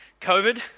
COVID